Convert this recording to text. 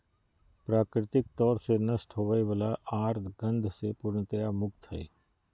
प्राकृतिक तौर से नष्ट होवय वला आर गंध से पूर्णतया मुक्त हइ